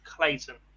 Clayton